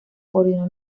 coordinó